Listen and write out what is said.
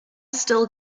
still